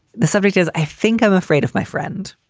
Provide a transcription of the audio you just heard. the subject is i think i'm afraid of my friend,